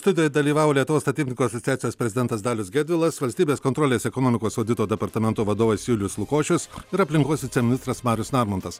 studijoj dalyvavo lietuvos statybininkų asociacijos prezidentas dalius gedvilas valstybės kontrolės ekonomikos audito departamento vadovas julius lukošius ir aplinkos viceministras marius narmontas